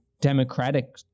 democratic